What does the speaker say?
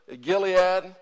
Gilead